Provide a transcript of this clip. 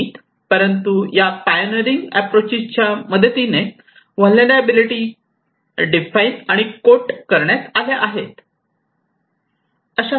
या परंतु pioneering approach च्या मदतीने व्हलनेरलॅबीलीटीचे डिफाइन आणि कोट करण्यात आल्या आहेत